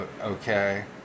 Okay